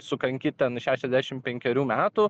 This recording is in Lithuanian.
sukanki ten šešiasdešim penkerių metų